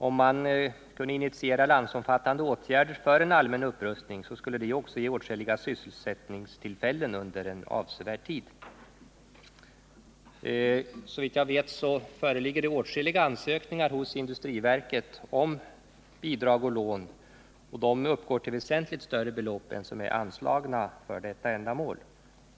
Om man kunde initiera landsomfattande åtgärder för en sådan allmän upprustning, skulle det dessutom ge åtskilliga sysselsättningstillfällen under en avsevärd tid. Såvitt jag vet ligger åtskilliga ansökningar hos industriverket om bidrag och lån som uppgår till väsentligt större belopp än vad som är anslagna för detta ändamål.